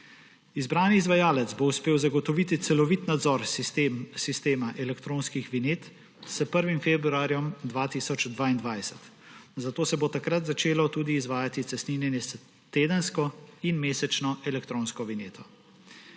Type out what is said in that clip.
Izbrani izvajalec bo uspel zagotoviti celovit nadzor sistema elektronskih vinjet s 1. februarjem 2022, zato se bo takrat začelo izvajati tudi cestninjenje s tedensko in mesečno elektronsko vinjeto.